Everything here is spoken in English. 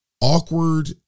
awkward